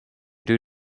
due